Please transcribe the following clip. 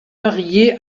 mariée